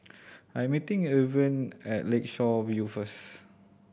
I am meeting Irven at Lakeshore View first